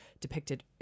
depicted